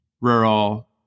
rural